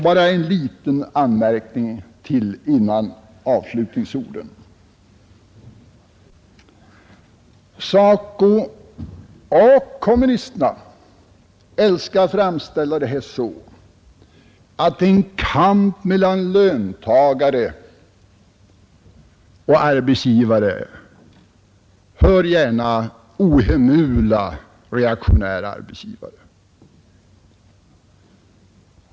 Bara en liten anmärkning till före avslutningsorden! SACO och kommunisterna älskar att framställa situationen så, att det pågår en kamp mellan löntagare och arbetsgivare — hör gärna ”ohemula, reaktionära arbetsgivare”!